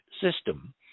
system